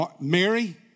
Mary